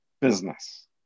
business